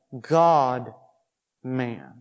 God-man